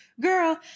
Girl